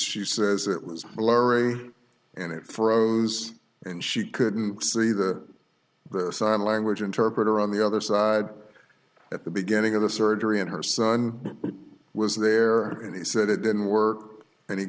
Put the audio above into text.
she says it was blurry and it for o's and she couldn't see the sign language interpreter on the other side at the beginning of the surgery and her son was there and he said it didn't work and he